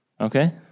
Okay